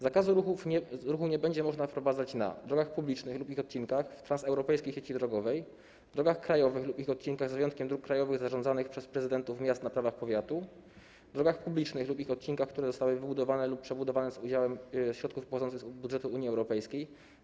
Zakazu ruchu nie będzie można wprowadzać na drogach publicznych lub ich odcinkach, w transeuropejskiej sieci drogowej, na drogach krajowych lub ich odcinkach z wyjątkiem dróg krajowych zarządzanych przez prezydentów miast na prawach powiatu, na drogach publicznych lub ich odcinkach, które zostały wybudowane lub przebudowane z udziałem środków pochodzących z budżetu Unii Europejskiej.